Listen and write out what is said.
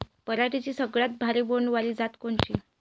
पराटीची सगळ्यात भारी बोंड वाली जात कोनची?